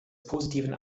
positiven